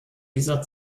dieser